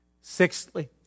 Sixthly